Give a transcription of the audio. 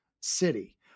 city